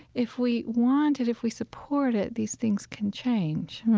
if we wanted, if we support it, these things can change